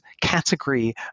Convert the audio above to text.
category